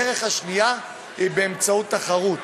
הדרך השנייה היא באמצעות תחרות,